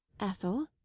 Ethel